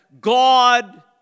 God